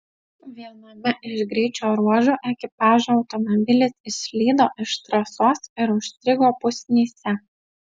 viename iš greičio ruožų ekipažo automobilis išslydo iš trasos ir užstrigo pusnyse